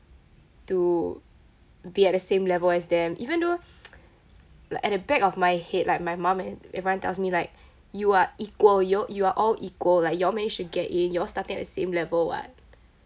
to be at the same level as them even though like at the back of my head like my mum and everyone tells me like you are equal you're you are all equal like you all managed to get in you all starting at the same level [what]